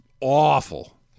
awful